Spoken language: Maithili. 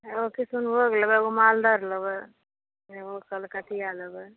एगो कृष्णभोग लेबै एगो मालदह लेबै एगो कलकतिआ लेबै